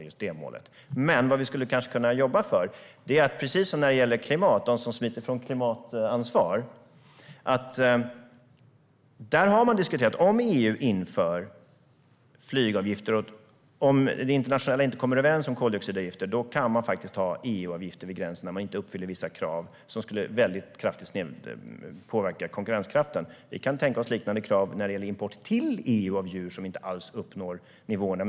Vad vi kanske skulle kunna jobba för är att göra på liknande sätt som när det gäller klimatansvar och hur man hanterar dem som smiter från det. Om man inte kommer överens om koldioxidavgifter internationellt kan vi för den som inte uppfyller vissa krav faktiskt ha EU-avgifter vid gränsen som skulle påverka konkurrenskraften kraftigt. Vi kan tänka oss liknande krav när det gäller import till EU av djur som inte alls uppnår nivåerna.